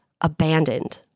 abandoned